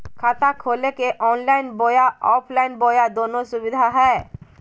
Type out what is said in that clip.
खाता खोले के ऑनलाइन बोया ऑफलाइन बोया दोनो सुविधा है?